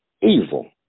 evil